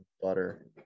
butter